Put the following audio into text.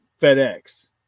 FedEx